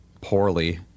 poorly